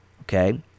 okay